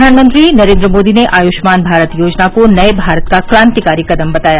प्रधानमंत्री नरेन्द्र मोदी ने आयुष्मान भारत योजना को नए भारत का क्रान्तिकारी कदम बताया